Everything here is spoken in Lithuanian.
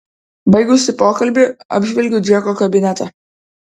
baigusi pokalbį apžvelgiu džeko kabinetą